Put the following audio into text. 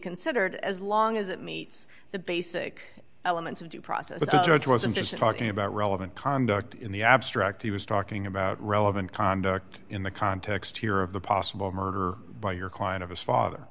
considered as long as it meets the basic elements of due process the judge wasn't just talking about relevant conduct in the abstract he was talking about relevant conduct in the context here of the possible murder by your client of his father